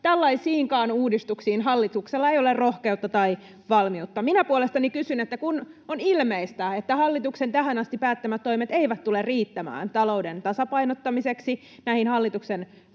tällaisiinkaan uudistuksiin hallituksella ei ole rohkeutta tai valmiutta. Minä puolestani kysyn, että kun on ilmeistä, että hallituksen tähän asti päättämät toimet eivät tule riittämään talouden tasapainottamiseksi, ja kun näihin hallituksen tavoitteisiin